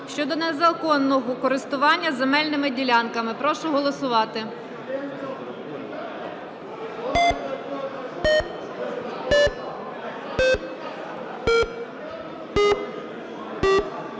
щодо незаконного користування земельними ділянками. Прошу голосувати.